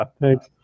Thanks